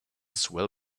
swell